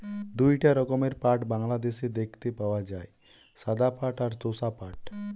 দুইটা রকমের পাট বাংলাদেশে দেখতে পাওয়া যায়, সাদা পাট আর তোষা পাট